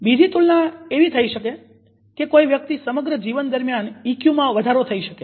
બીજી તુલના એવી થઇ શકે કે કોઈ વ્યક્તિ સમગ્ર જીવન દરમ્યાન ઈક્યુ માં વધારો થઇ શકે